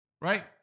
Right